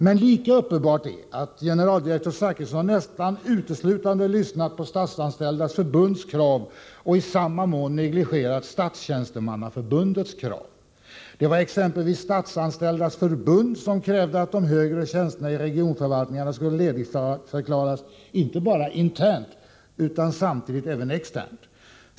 Men lika uppenbart är att generaldirektör Zachrisson nästan uteslutande lyssnat på Statsanställdas förbunds krav och i samma mån negligerat Statstjänstemannaförbundets krav. Det var exempelvis Statsanställdas förbund som krävde att de högre tjänsterna i regionförvaltningarna skulle ledigförklaras inte bara internt utan samtidigt även externt.